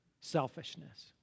selfishness